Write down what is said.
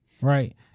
right